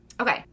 Okay